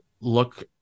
look